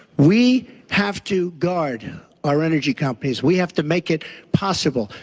we have to guard our energy companies, we have to make it possible.